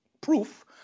proof